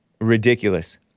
Ridiculous